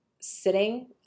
sitting